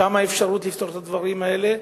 שם האפשרות לפתור את הדברים האלה.